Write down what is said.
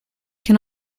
can